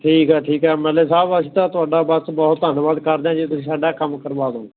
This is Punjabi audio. ਠੀਕ ਆ ਠੀਕ ਆ ਐਮ ਐਲ ਏ ਸਾਹਿਬ ਅਸੀਂ ਤਾਂ ਤੁਹਾਡਾ ਬਸ ਬਹੁਤ ਧੰਨਵਾਦ ਕਰਦੇ ਹਾਂ ਜੇ ਤੁਸੀਂ ਸਾਡਾ ਇਹ ਕੰਮ ਕਰਵਾ ਦਿਓ